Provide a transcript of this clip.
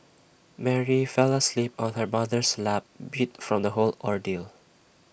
Mary fell asleep on her mother's lap beat from the whole ordeal